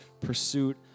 pursuit